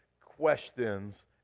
questions